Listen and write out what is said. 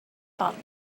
bought